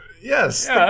Yes